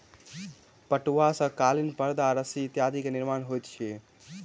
पटुआ सॅ कालीन परदा रस्सी इत्यादि के निर्माण होइत अछि